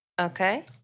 Okay